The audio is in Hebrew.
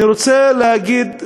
אני רוצה להגיד,